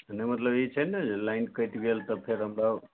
नहि मतलब ई छै ने लाइन कटि गेल तऽ फेर हमरा